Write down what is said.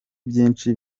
byinshi